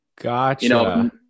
Gotcha